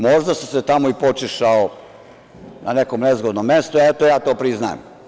Možda sam se tamo i počešao na nekom nezgodnom mestu, eto, ja to priznajem.